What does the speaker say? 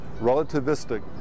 relativistic